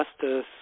justice